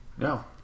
no